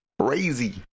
crazy